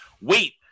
Wait